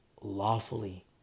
lawfully